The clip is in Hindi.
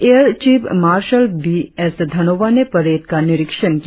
air chief marshal B S Dhanoa ने परेड का निरीक्षण किया